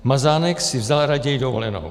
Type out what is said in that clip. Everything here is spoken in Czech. Mazánek si vzal raději dovolenou.